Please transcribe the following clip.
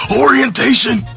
orientation